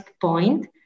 point